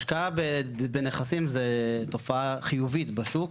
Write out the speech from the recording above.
השקעה בנכסים זה תופעה חיובית בשוק.